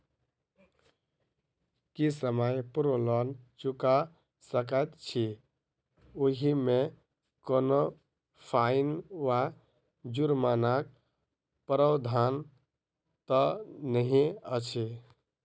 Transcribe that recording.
की समय पूर्व लोन चुका सकैत छी ओहिमे कोनो फाईन वा जुर्मानाक प्रावधान तऽ नहि अछि?